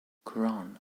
quran